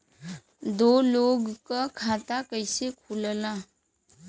दो लोगक खाता कइसे खुल्ला?